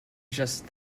just